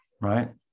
right